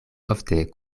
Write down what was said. ofte